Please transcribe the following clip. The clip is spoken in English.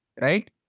right